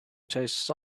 tastes